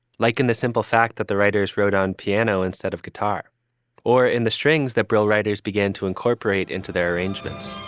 like in the simple fact that the writers wrote on piano instead of guitar or in the strings that brill writers began to incorporate into their arrangements.